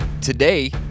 today